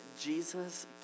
Jesus